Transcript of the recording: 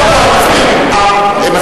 לא, הם רוצים מדינה, לא, לא.